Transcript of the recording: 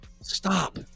Stop